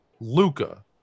Luca